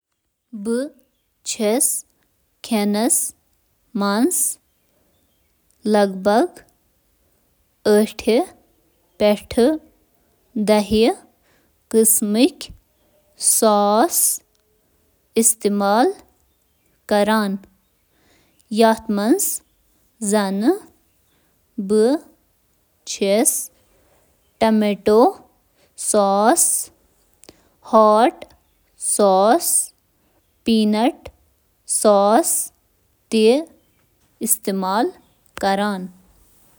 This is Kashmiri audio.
رنٛنَس منٛز چھِ واریاہ مُختٔلِف قٕسمٕک سوس استعمال گژھان، یِمَن منٛز پانٛژھ مدر سوس تہٕ باقی سوس یتھ کٔنۍ سویا سوس، پیسٹو تہٕ سالسا شٲمِل چھِ: